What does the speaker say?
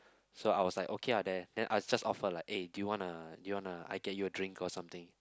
so I was like okay ah there then I just offer like do you want a do you want a I get you a drink or something